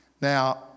Now